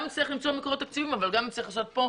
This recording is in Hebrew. גם נצטרך למצוא מקורות תקציביים אבל גם נצטרך לעשות כאן